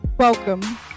Welcome